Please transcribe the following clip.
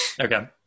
Okay